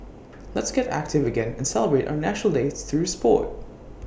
let's get active again and celebrate our National Day through Sport